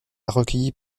recueillis